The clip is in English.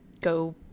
go